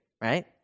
right